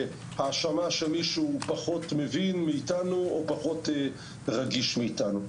בהאשמה שמישהו פחות מבין מאיתנו או פחות רגיש מאיתנו.